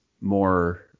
more